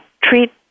treat